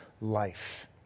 life